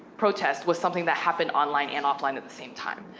protest was something that happened online and offline at the same time.